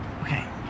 Okay